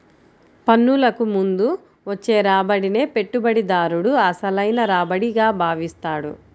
పన్నులకు ముందు వచ్చే రాబడినే పెట్టుబడిదారుడు అసలైన రాబడిగా భావిస్తాడు